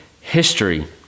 history